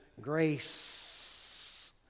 Grace